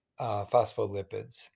phospholipids